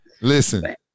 Listen